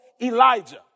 Elijah